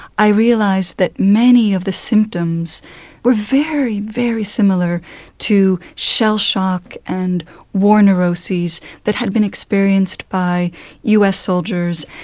i realised that many of the symptoms were very, very similar to shellshock and war neuroses that had been experienced by us soldiers,